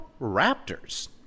Raptors